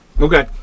Okay